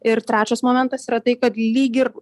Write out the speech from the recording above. ir trečias momentas yra tai kad lyg ir